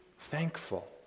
thankful